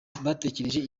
batekereje